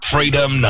Freedom